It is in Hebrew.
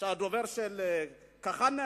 הדובר של כהנא,